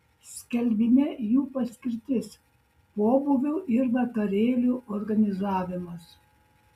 skelbime jų paskirtis pobūvių ir vakarėlių organizavimas